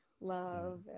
love